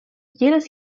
jedes